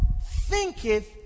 thinketh